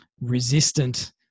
resistant –